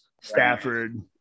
Stafford